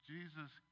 Jesus